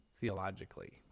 theologically